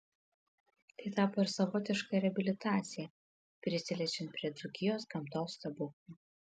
tai tapo ir savotiška reabilitacija prisiliečiant prie dzūkijos gamtos stebuklų